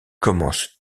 commence